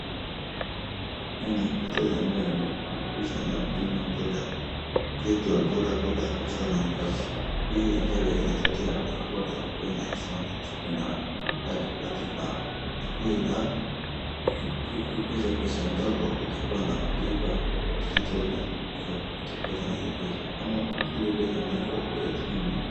Hii ni picha ambayo imepigishwa na Bima Boda. Get your boda boda insurance cover . Hii ambayo inatatia kila boda iwe na insurance ,wakuwe na third party , na ikuwe na, ukipata pesa ndogo, utakuwa na ukilipa 3,000 , utapata na hii pesa ama hii pesa imewekwa kwa watu wengine.